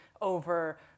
over